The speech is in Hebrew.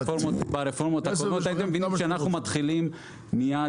ברפורמות האחרונות הייתם מבינים שאנחנו מתחילים מיד